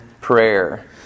prayer